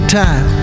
time